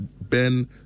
Ben